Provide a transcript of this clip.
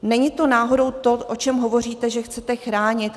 Není to náhodou to, o čem hovoříte, že chcete chránit?